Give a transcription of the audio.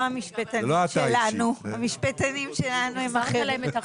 לא המשפטנים שלנו, המשפטנים שלנו הם אחרים.